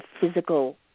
physical